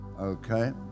Okay